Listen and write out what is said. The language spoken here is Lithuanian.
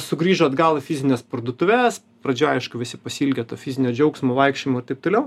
sugrįžo atgal į fizines parduotuves pradžioj aišku visi pasiilgę to fizinio džiaugsmo vaikščiojimo ir taip toliau